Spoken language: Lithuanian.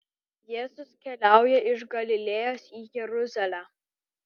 jėzus keliauja iš galilėjos į jeruzalę